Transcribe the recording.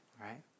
right